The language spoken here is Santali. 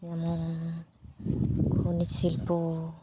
ᱡᱮᱢᱚᱱ ᱠᱷᱚᱱᱤᱡᱽ ᱥᱤᱞᱯᱚ